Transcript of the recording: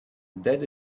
that